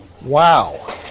Wow